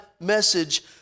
message